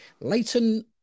Leighton